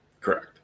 Correct